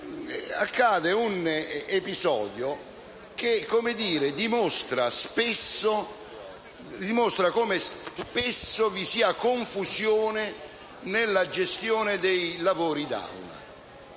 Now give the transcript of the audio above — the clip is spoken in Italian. accade un episodio che dimostra come spesso vi sia confusione nella gestione dei lavori d'Aula.